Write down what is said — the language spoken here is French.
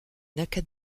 naka